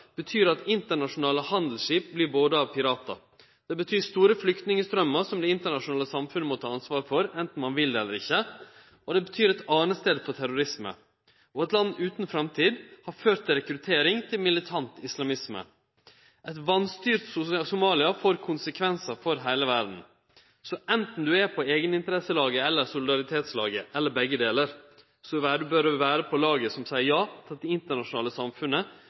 betyr at internasjonale handelsskip vert borda av piratar. Det betyr store flyktningstraumar som det internasjonale samfunnet må ta ansvar for anten ein vil eller ikkje, og det betyr eit utgangspunkt for terrorisme. Eit land utan framtid har ført til rekruttering til militant islamisme. Eit vanstyrt Somalia får konsekvensar for heile verda. Så anten du er på eigeninteresselaget eller solidaritetslaget – eller begge delar – bør du vere på laget som seier ja til at det internasjonale samfunnet